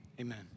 amen